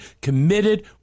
committed